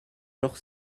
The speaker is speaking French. hors